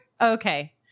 Okay